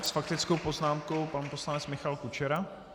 S faktickou poznámkou pan poslanec Michal Kučera.